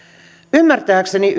ymmärtääkseni